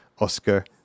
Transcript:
Oscar